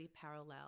parallel